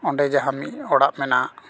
ᱚᱸᱰᱮ ᱡᱟᱦᱟᱸ ᱢᱤᱫ ᱚᱲᱟᱜ ᱢᱮᱱᱟᱜ